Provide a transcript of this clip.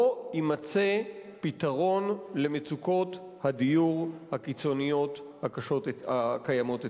לא יימצא פתרון למצוקות הדיור הקיצוניות הקיימות אצלנו.